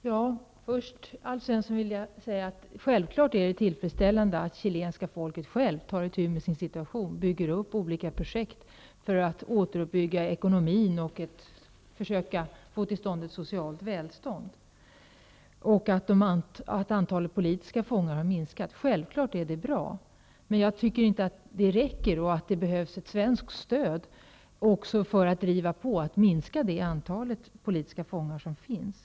Herr talman! Jag vill först och främst säga att det själfallet är tillfredsställande att det chilenska folket självt tar itu med sin situation och startar olika projekt för att återuppbygga ekonomin och försöka skapa ett socialt välstånd. Självfallet är det bra att antalet politiska fångar har minskat. Men jag tycker inte att det räcker. Det behövs ett svenskt stöd för att driva på och för att minska det antal politiska fångar som finns.